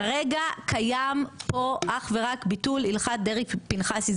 כרגע קיים פה אך ורק ביטול הלכת דרעי פנחסי,